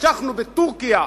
המשכנו בטורקיה,